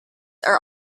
are